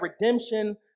redemption